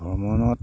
ভ্ৰমণত